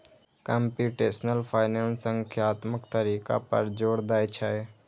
computational finance संख्यात्मक तरीका पर जोर दै छै